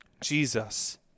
Jesus